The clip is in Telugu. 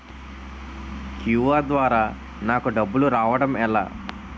క్యు.ఆర్ ద్వారా నాకు డబ్బులు రావడం ఎలా?